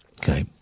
Okay